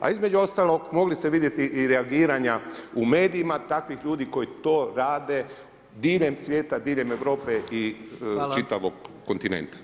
A između ostalog mogli ste vidjeti i reagiranja u medijima takvih ljudi koji to rade diljem svijeta, diljem Europe i čitavog kontinenta.